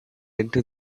into